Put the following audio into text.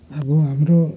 अब हाम्रो